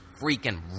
freaking